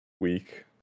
week